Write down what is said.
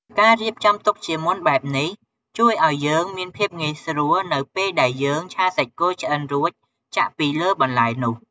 ការរៀបចំទុកជាមុនបែបនេះ ជួយឲ្យយើងមានភាពងាយស្រួលនៅពេលដែលយើងឆាសាច់គោឆ្អិនរួចចាក់ពីលើបន្លែនោះ។